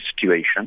situation